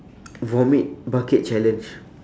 vomit bucket challenge